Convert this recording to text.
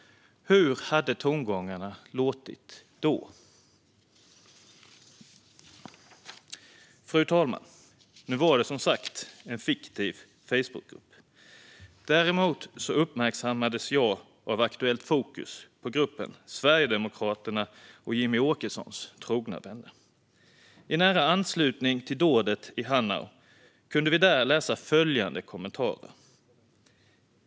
Hur hade tongångarna då gått? Fru talman! Nu var detta som sagt en fiktiv Facebookgrupp. Däremot uppmärksammades jag av Aktuellt Fokus på gruppen Sverigedemokraterna och Jimmie Åkessons trogna vänner. I nära anslutning till dådet i Hanau kunde vi där läsa följande kommentarer.